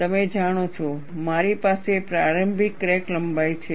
તમે જાણો છો મારી પાસે પ્રારંભિક ક્રેક લંબાઈ છે